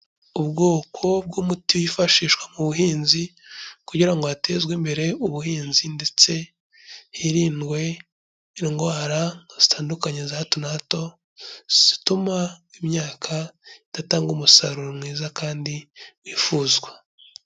Ubwoko bw'umuti wifashishwa mu buhinzi kugira ngo hatezwe imbere ubuhinzi ndetse hirindwe indwara zitandukanye za hato na hato zituma imyaka idatanga umusaruro mwiza kandi wifuzwa.